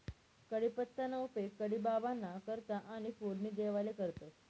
कढीपत्ताना उपेग कढी बाबांना करता आणि फोडणी देवाले करतंस